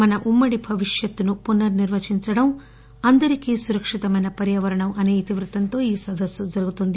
మన ఉమ్మడి భవిష్యత్తును పునర్ని ర్వచించడం అందరికీ సురక్షితమైన పర్యావరణం అసే ఇతివృత్తంతో ఈ సదస్పు జరుగుతోంది